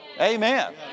Amen